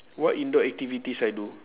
what indoor activities I do